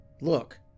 look